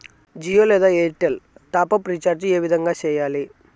జియో లేదా Airtel top up recharge ఏ విధంగా సేయాలి